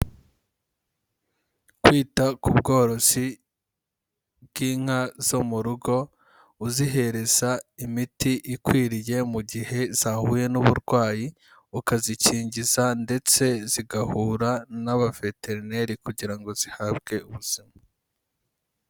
Kwita ku bworozi bw'inka zo mu rugo, uzihereza imiti ikwiriye mu gihe zahuye n'uburwayi, ukazikingiza ndetse zigahura n'abaveterineri kugira ngo zihabwe ubuzima.